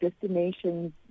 destinations